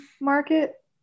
Market